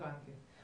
הבנתי.